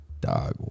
dog